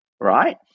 right